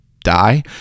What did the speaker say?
die